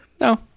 no